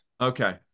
okay